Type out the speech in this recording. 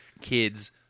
kids